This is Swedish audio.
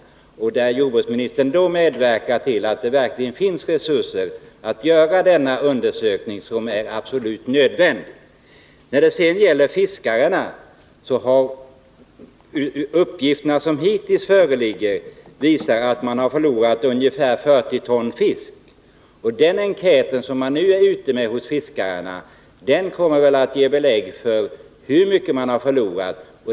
Jag utgår ifrån att jordbruksministern medverkar till att resurser då ställs till förfogande för denna absolut nödvändiga undersökning. De uppgifter som hittills föreligger visar att fiskarna har förlorat ungefär 40 ton fisk. Den enkät som man nu gör bland fiskarna kommer att visa hur mycket de har förlorat.